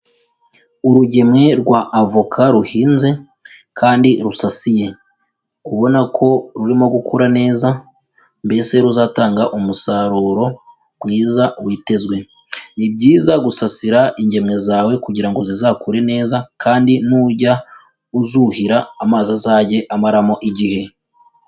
Urugemwe rwa avoka ruhinze kandi rusasiye, ubona ko rurimo gukura neza mbese ruzatanga umusaruro mwiza witezwe, ni byiza gusasira ingemwe zawe kugira ngo zizakure neza kandi nujya uzuhira amazi azajye amaramo igihe.